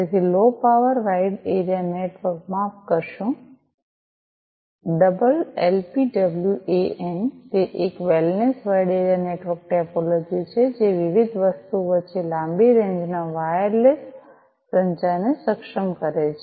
તેથી low power wide area network માફ કરશો ડબલ એલપીડબલ્યુએએન તે એક wellness wide area network topology છે જે વિવિધ વસ્તુઓ વચ્ચે લાંબી રેન્જના વાયરલેસ સંચારને સક્ષમ કરે છે